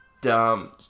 dumb